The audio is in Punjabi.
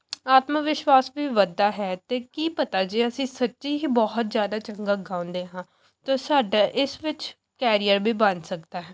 ਆਤਮ ਵਿਸ਼ਵਾਸ ਵੀ ਵੱਧਦਾ ਹੈ ਅਤੇ ਕੀ ਪਤਾ ਜੇ ਅਸੀਂ ਸੱਚੀ ਹੀ ਬਹੁਤ ਜ਼ਿਆਦਾ ਚੰਗਾ ਗਾਉਂਦੇ ਹਾਂ ਤਾਂ ਸਾਡਾ ਇਸ ਵਿੱਚ ਕੈਰੀਅਰ ਵੀ ਬਣ ਸਕਦਾ ਹੈ